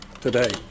today